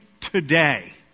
today